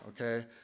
Okay